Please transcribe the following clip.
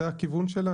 זה הכיוון שלה,